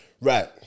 Right